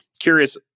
curious